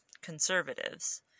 conservatives